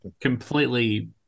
Completely